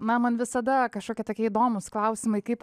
na man visada kažkokie tokie įdomūs klausimai kaip